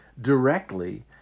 directly